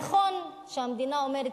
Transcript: נכון שהמדינה אומרת,